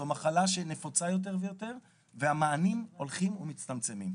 זו מחלה שנפוצה יותר ויותר והמענים הולכים ומצטמצמים.